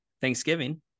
Thanksgiving